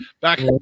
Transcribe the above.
back